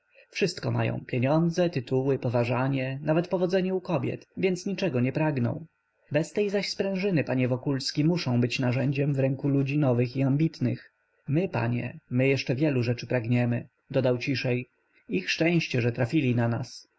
wszystko mają pieniądze tytuły poważanie nawet powodzenie u kobiet więc niczego nie pragną bez tej zaś sprężyny panie wokulski muszą być narzędziem w ręku ludzi nowych i ambitnych my panie my jeszcze wielu rzeczy pragniemy dodał ciszej ich szczęście że trafili na nas